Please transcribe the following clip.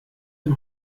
dem